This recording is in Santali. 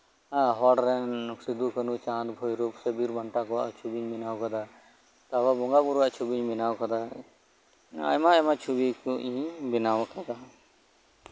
ᱟᱨ ᱦᱚᱲ ᱨᱮᱱ ᱥᱤᱫᱩᱼᱠᱟᱱᱩ ᱪᱟᱸᱫ ᱵᱷᱳᱭᱨᱳᱵ ᱥᱮ ᱵᱤᱨᱵᱟᱱᱴᱟ ᱠᱚᱣᱟᱜ ᱪᱷᱚᱵᱤᱧ ᱵᱮᱱᱟᱣ ᱠᱟᱫᱟ ᱛᱟᱨᱯᱚᱨ ᱵᱚᱸᱜᱟ ᱵᱩᱨᱩᱣᱟᱜ ᱪᱷᱚᱵᱤᱧ ᱵᱮᱱᱟᱣ ᱠᱟᱫᱟ ᱟᱭᱢᱟᱼᱟᱭᱢᱟ ᱪᱷᱚᱵᱤ ᱠᱚ ᱤᱧᱤᱧ ᱵᱮᱱᱟᱣ ᱠᱟᱫᱟ